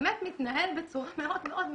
באמת מתנהל בצורה מאוד מאוד מסודרת.